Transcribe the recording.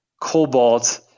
cobalt